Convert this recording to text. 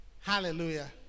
Hallelujah